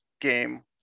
game